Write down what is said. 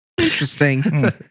Interesting